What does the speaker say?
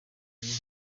bitewe